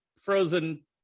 frozen